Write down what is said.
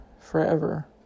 forever